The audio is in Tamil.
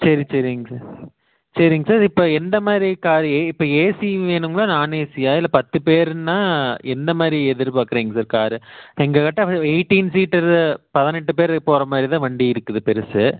சரி சரிங்க சார் சரிங்க சார் இப்போ எந்த மாதிரி கார் இ இப்போ ஏசி வேணுங்களா இல்லை நான்ஏசியா இல்லை பத்து பேருன்னா எந்த மாதிரி எதிர்பாக்குறிங்க சார் காரு எங்கக்கிட்ட எய்ட்டீன் சீட்டு பதினெட்டு பேர் போகிற மாதிரி தான் வண்டி இருக்குது பெருசு